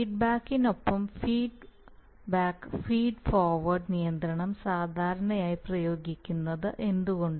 ഫീഡ്ബാക്കിനൊപ്പം feedback feed forward നിയന്ത്രണം സാധാരണയായി പ്രയോഗിക്കുന്നത് എന്തുകൊണ്ട്